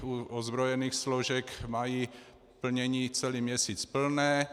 U ozbrojených složek mají plnění celý měsíc plné.